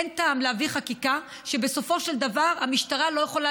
אין טעם להביא חקיקה שבסופו של דבר המשטרה לא יכולה